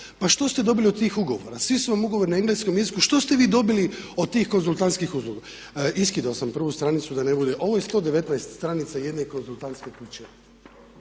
pa što ste dobili od tih ugovora? Svi su vam ugovori na engleskom jeziku, što ste vi dobili od tih konzultantskih usluga? Iskidao sam prvu stranicu da ne bude, ovo je 119 stranica jedne konzultantske kuće,